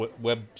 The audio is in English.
web